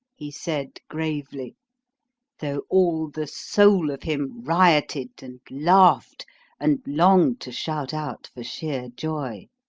he said gravely though all the soul of him rioted and laughed and longed to shout out for sheer joy.